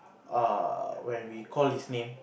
uh when we call his name